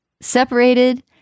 separated